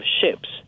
ships